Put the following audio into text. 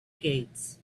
gates